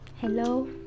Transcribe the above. Hello